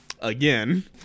again